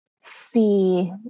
see